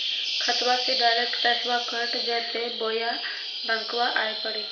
खाताबा से डायरेक्ट पैसबा कट जयते बोया बंकबा आए परी?